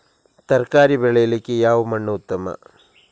ತರಕಾರಿ ಬೆಳೆಯಲಿಕ್ಕೆ ಯಾವ ಮಣ್ಣು ಉತ್ತಮ?